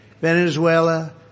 Venezuela